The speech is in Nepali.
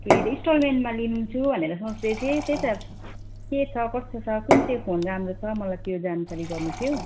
के अरे इन्सटलमेन्टमा लिन्छु भनेर सोच्दै थिएँ त्यही त के छ कस्तो छ कुन चाहिँ फोन राम्रो छ मलाई त्यो जानकारी गर्नुथ्यो